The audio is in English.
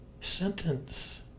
sentence